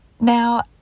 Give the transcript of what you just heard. Now